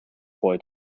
boy